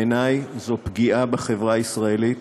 בעיניי זו פגיעה בחברה הישראלית